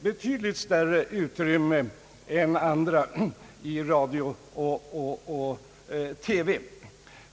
betydligt större utrymme än andra i radio och TV.